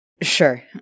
Sure